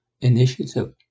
initiative